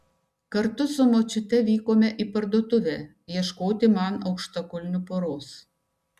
kartu su močiute vykome į parduotuvę ieškoti man aukštakulnių poros